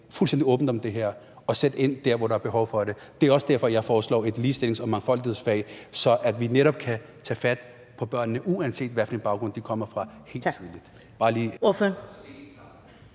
fuldstændig åbent om det her og sætte ind der, hvor der er behov for det. Det er også derfor, jeg foreslår et ligestillings- og mangfoldighedsfag, så vi netop kan tage fat på børnene tidligt, uanset hvilken baggrund de kommer fra.